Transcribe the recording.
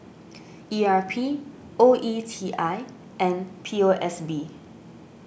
E R P O E T I and P O S B